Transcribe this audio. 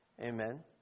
Amen